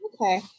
Okay